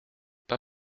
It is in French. pas